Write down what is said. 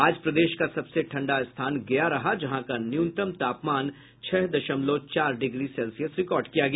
आज प्रदेश का सबसे ठंडा स्थान गया रहा जहां का न्यूनतम तापमान छह दशमलव चार डिग्री सेल्सियस रिकॉर्ड किया गया